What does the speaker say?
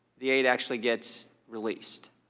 the aide actually gets released.